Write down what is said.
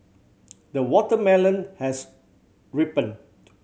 the watermelon has ripened